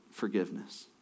forgiveness